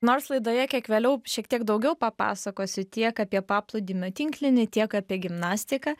nors laidoje kiek vėliau šiek tiek daugiau papasakosiu tiek apie paplūdimio tinklinį tiek apie gimnastiką